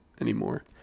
anymore